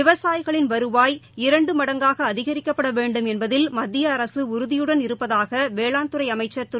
விவசாயிகளின் வருவாய் இரண்டு மடங்காக அதிகரிக்கப்பட வேண்டும் என்பதில் மத்திய உறுதியுடன் இருப்பதாக வேளாண்துறை அமைச்சர் திரு